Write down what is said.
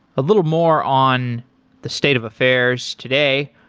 a little more on the state of affairs today,